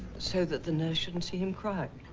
so that the nurse shouldn't see him cry